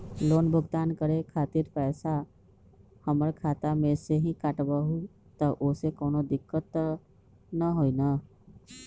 Loan भुगतान करे के खातिर पैसा हमर खाता में से ही काटबहु त ओसे कौनो दिक्कत त न होई न?